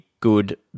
good